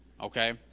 Okay